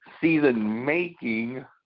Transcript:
season-making